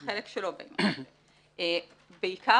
בעיקר,